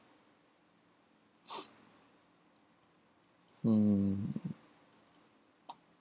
hmm